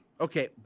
Okay